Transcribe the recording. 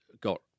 got